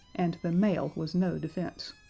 and the mail was no defense.